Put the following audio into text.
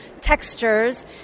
textures